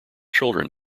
children